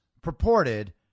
purported